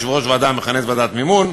יושב-ראש הוועדה מכנס ועדת מימון,